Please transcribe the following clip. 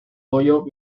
hoyo